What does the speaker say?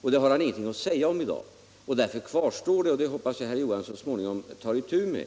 och det har han ingenting att säga om i dag. Detta problem kvarstår, och det hoppas jag att herr Johansson tar itu med.